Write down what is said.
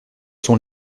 sont